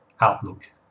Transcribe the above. outlook